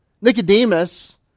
Nicodemus